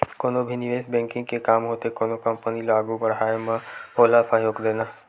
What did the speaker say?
कोनो भी निवेस बेंकिग के काम होथे कोनो कंपनी ल आघू बड़हाय म ओला सहयोग देना